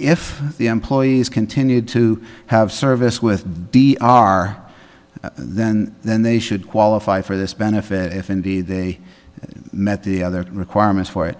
if the employees continued to have service with d r then then they should qualify for this benefit if indeed they met the other requirements for it